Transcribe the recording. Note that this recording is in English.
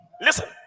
listen